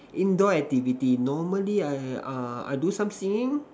indoor activity normally I ah I do some singing